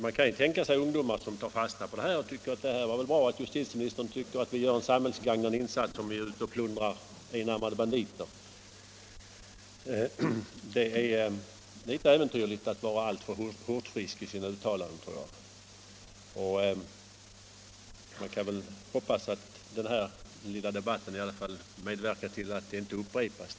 Det kan ju finnas ungdomar som tar fasta på vad justitieministern säger och menar att det var ju bra att justitieministern tycker att vi gör en samhällsgagnande insats om vi plundrar enarmade banditer. Det kan vara litet äventyrligt, tror jag, att vara alltför hurtfrisk i sina uttalanden. Nu kan man bara hoppas att den här lilla debatten ändå kan medverka till att händelsen inte upprepas.